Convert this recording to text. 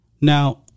Now